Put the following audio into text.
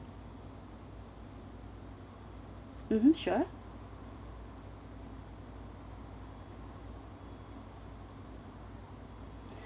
mmhmm sure